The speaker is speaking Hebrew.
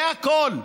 זה הכול.